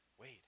Wait